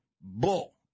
bull